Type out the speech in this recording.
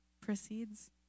proceeds